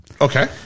Okay